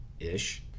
-ish